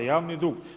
Javni dug.